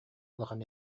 улахан